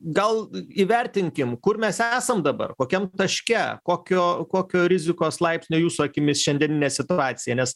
gal įvertinkim kur mes esam dabar kokiam taške kokio kokio rizikos laipsnio jūsų akimis šiandieninė situacija nes